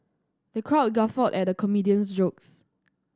the crowd guffawed at the comedian's jokes